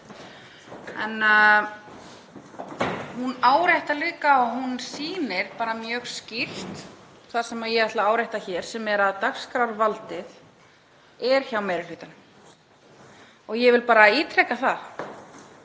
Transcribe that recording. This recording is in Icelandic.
En hún áréttar líka og sýnir bara mjög skýrt það sem ég ætla að árétta hér, sem er að dagskrárvaldið er hjá meiri hlutanum. Ég vil bara ítreka það